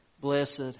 Blessed